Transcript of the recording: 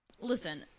Listen